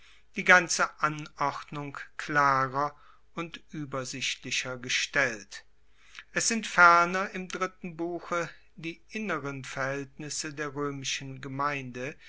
die ganze anordnung klarer und uebersichtlicher gestellt es sind ferner im dritten buche die inneren verhaeltnisse der roemischen gemeinde